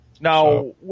Now